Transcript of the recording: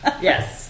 Yes